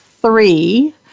three